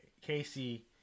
Casey